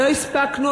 לא הספקנו,